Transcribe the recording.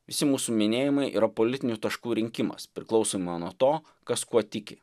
visi mūsų minėjimai yra politinių taškų rinkimas priklausomai nuo to kas kuo tiki